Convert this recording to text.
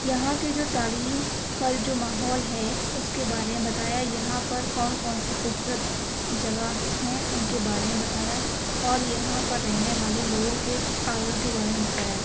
یہاں کے جو تعلیم کا جو ماحول ہے اُس کے بارے میں بتایا یہاں پر کون کون سی خوبصورت جگہ ہیں اُن کے بارے میں بتایا اور یہاں پر رہنے والے لوگوں کے عادتوں کے بارے میں بتایا